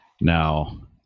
Now